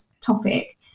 topic